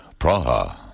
Praha